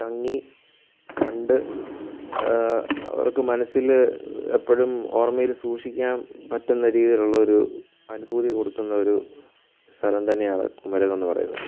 തങ്ങി കണ്ട് അവര്ക്ക് മനസ്സിൽ എപ്പോഴും ഓര്മ്മയില് സൂക്ഷിക്കാന് പറ്റുന്ന രീതിയിലുള്ളൊരു അനുഭൂതി കൊടുക്കുന്ന ഒരു സ്ഥലം തന്നെയാണ് കുമരകം എന്ന് പറയുന്നത്